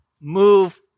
move